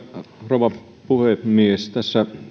rouva puhemies tässä